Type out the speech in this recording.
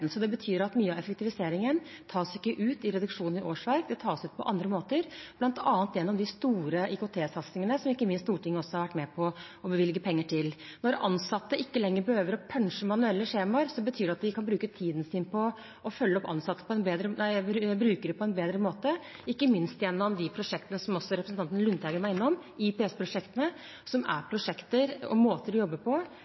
det det var i 2013. Det betyr at mye av effektiviseringen ikke tas ut i reduksjon i årsverk. Det tas ut på andre måter, bl.a. gjennom de store IKT-satsingene, som ikke minst Stortinget har vært med på å bevilge penger til. Når ansatte ikke lenger behøver å punche manuelle skjemaer, kan de bruke tiden sin på å følge opp brukere på en bedre måte, ikke minst gjennom de prosjektene som også representanten Lundteigen var innom, IPS-prosjektene, som er